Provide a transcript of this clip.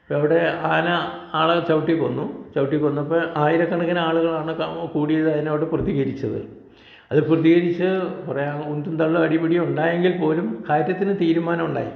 അവിടെ ആന ആളെ ചവിട്ടിക്കൊന്നു ചവിട്ടിക്കൊന്നപ്പം ആയിരക്കണക്കിന് ആളുകളാണ് കൂടിയത് അതിന് അവിടെ പ്രതികരിച്ചത് അത് പ്രതികരിച്ച് പറയാൻ ഉന്തും തള്ളും അടിപിടി ഉണ്ടായെങ്കിൽ പോലും കാര്യത്തിന് തീരുമാനം ഉണ്ടായി